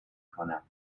کنم